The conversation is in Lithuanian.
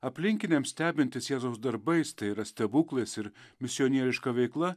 aplinkiniams stebintis jėzaus darbais tai yra stebuklais ir misionieriška veikla